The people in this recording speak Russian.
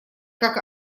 как